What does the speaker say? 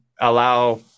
allow